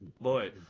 Boy